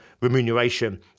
remuneration